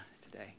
today